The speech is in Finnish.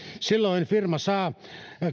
silloin firma saa